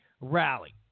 rally